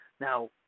Now